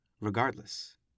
Regardless